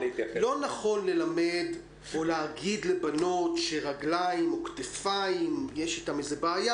לא נכון ללמד או להגיד לבנות שרגליים או כתפיים יש איתם איזו בעיה.